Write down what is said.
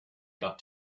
got